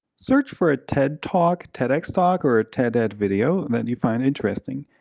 search for a tedtalk, tedxtalk or a ted-ed video that you find interesting.